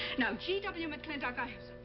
now, g w. mclintock, i